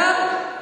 גפני, גפני.